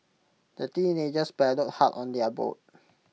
the teenagers paddled hard on their boat